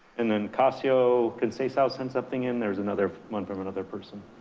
and then casio, can sasow send something in? there's another one from another person.